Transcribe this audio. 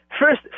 First